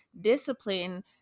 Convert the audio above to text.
discipline